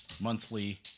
monthly